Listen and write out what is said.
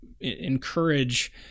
encourage